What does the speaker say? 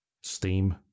Steam